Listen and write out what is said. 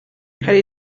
hari